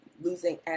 losing